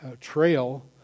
trail